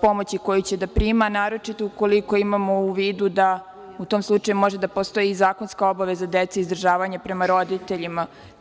pomoći koju će da prima, naročito ukoliko imamo u vidu da u tom slučaju može da postoje i zakonska obaveza dece izdržavanja prema roditeljima.